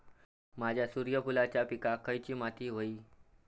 माझ्या सूर्यफुलाच्या पिकाक खयली माती व्हयी?